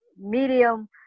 medium